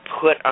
put